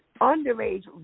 underage